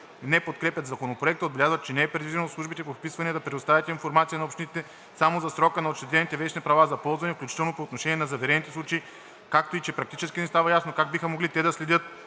не подкрепят Законопроекта. Отбелязват, че не е предвидено службите по вписванията да предоставят информация на общините само за срока на учредените вещни права за ползване, включително по отношение на заварените случаи, както и че практически не става ясно как биха могли те да следят